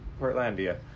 Portlandia